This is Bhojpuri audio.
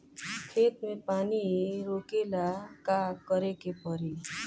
खेत मे पानी रोकेला का करे के परी?